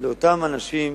לאותם אנשים,